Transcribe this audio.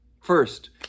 First